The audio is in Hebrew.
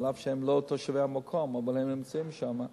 אף שהם לא תושבי המקום אבל הם נמצאים שם.